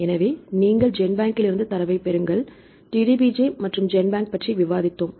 எனவே நீங்கள் ஜென்பேங்லிருந்து தரவைப் பெறுங்கள் DDBJ மற்றும் ஜென்பேங்க் பற்றி விவாதிதித்தோம்